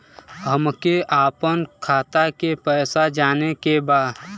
हमके आपन खाता के पैसा जाने के बा